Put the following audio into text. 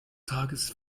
tages